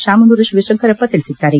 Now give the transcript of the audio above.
ಶಾಮನೂರು ಶಿವಶಂಕರಪ್ಪ ತಿಳಿಸಿದ್ದಾರೆ